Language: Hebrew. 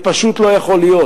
זה פשוט לא יכול להיות.